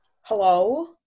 Hello